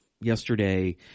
yesterday